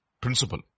principle